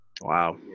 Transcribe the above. Wow